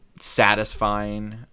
satisfying